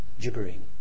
gibbering